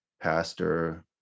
pastor